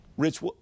Rich